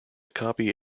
copy